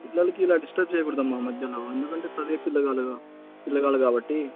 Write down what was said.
పిల్లలకి ఇలా డిస్టర్బ్ చేయకూడదు అమ్మ మధ్యలో ఎందుకంటే చదివే పిల్లలు పిల్లలు కాబట్టి